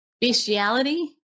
Bestiality